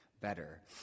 better